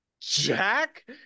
jack